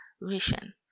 vision